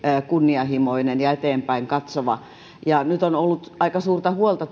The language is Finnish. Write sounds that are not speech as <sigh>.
kunnianhimoinen ja eteenpäin katsova nyt on ollut aika suurta huolta <unintelligible>